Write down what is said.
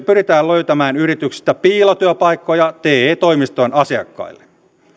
pyritään löytämään yrityksistä piilotyöpaikkoja te toimiston asiakkaille